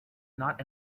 not